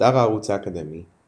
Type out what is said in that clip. באתר הערוץ האקדמי,